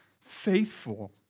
faithful